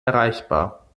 erreichbar